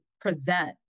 present